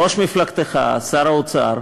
ראש מפלגתך, שר האוצר,